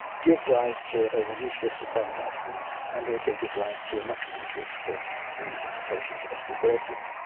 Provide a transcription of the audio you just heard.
give rise to a a reduced risk of coronary heart disease and also give rise to a much reduced risk of the implications of osteoporosis.